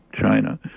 China